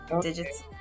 digits